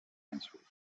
answered